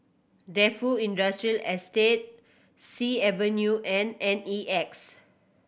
Defu Industrial Estate Sea Avenue and N E X